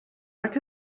nac